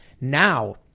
Now